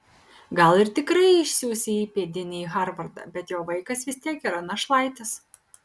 gal ir tikrai išsiųs įpėdinį į harvardą bet jo vaikas vis tiek yra našlaitis